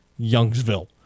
Youngsville